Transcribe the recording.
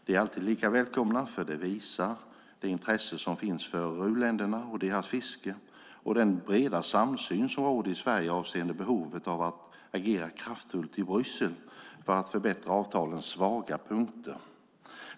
De är alltid lika välkomna, för det visar det intresse som finns för u-länderna och deras fiske och den breda samsyn som råder i Sverige avseende behovet av att agera kraftfullt i Bryssel för att förbättra avtalens svaga punkter.